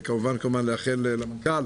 וכמובן נאחל למנכ"ל